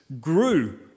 grew